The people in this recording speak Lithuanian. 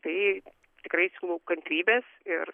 tai tikrai siūlau kantrybės ir